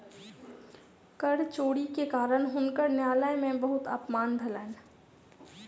कर चोरी के कारण हुनकर न्यायालय में बहुत अपमान भेलैन